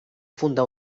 fundar